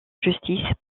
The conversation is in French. justice